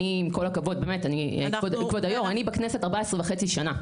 עם כל הכבוד, כבוד היו"ר, אני בכנסת 14 וחצי שנה.